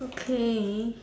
okay